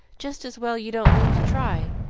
just as well you don't mean to try,